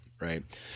Right